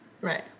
Right